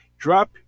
Drop